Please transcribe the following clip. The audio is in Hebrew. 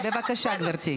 בבקשה, גברתי.